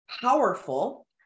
powerful